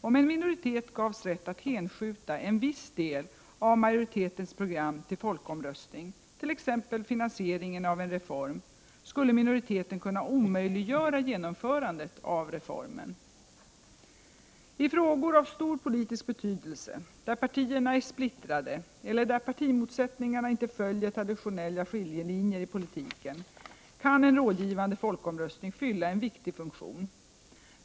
Om en minoritet gavs rätt att hänskjuta en viss del av majoritetens program till folkomröstning, t.ex. finansieringen av en reform, skulle minoriteten kunna omöjliggöra genomförandet av reformen. I frågor av stor politisk betydelse där partierna är splittrade eller där partimotsättningarna inte följer traditionella skiljelinjer i politiken kan en rådgivande folkomröstning fylla en viktig funktion.